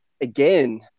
again